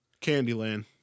Candyland